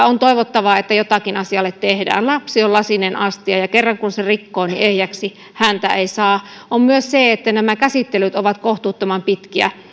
on toivottavaa että jotakin asialle tehdään lapsi on lasinen astia ja kerran kun sen rikkoo niin ehjäksi sitä ei saa on myös se että nämä käsittelyt ovat kohtuuttoman pitkiä